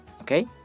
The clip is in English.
Okay